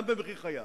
גם במחיר חייו,